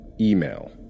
Email